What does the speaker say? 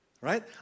right